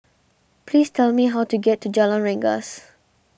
please tell me how to get to Jalan Rengas